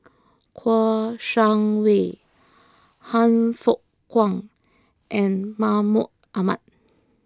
Kouo Shang Wei Han Fook Kwang and Mahmud Ahmad